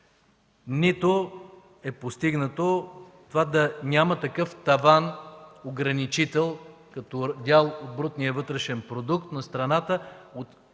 нито е постигнато това да няма такъв таван ограничител като дял от брутния вътрешен продукт на страната, който се